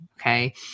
Okay